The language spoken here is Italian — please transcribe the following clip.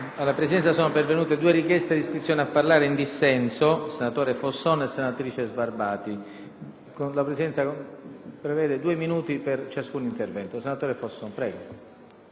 Signor Presidente del Senato, signori responsabili del Governo, signor Presidente del Consiglio,